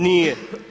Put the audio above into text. Nije.